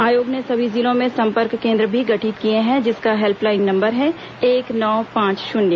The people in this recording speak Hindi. आयोग ने सभी जिलों में संपर्क केंद्र भी गठित किए हैं जिसका हेल्पलाइन नंबर है एक नौ पांच शून्य